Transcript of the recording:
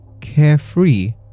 Carefree